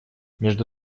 между